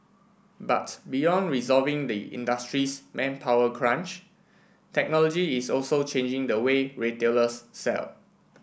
but beyond resolving the industry's manpower crunch technology is also changing the way retailers sell